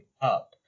up